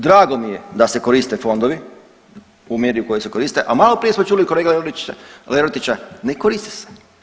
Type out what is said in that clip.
Drago mi je da se koriste fondovi u mjeri u kojoj se koriste, a maloprije smo čuli kolegu Lerotića, ne koriste se.